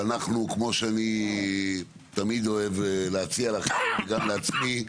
כמו שאני תמיד אוהב להציע לאחרים וגם לעצמי,